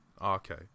okay